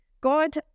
God